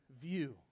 view